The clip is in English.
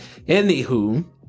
Anywho